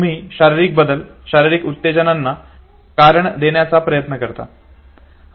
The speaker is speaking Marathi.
तुम्ही शारीरिक बदल शरीरिक उत्तेजनांना कारण देण्याचा प्रयत्न करता